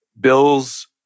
Bill's